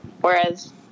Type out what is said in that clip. Whereas